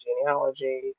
genealogy